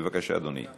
בבקשה, אדוני.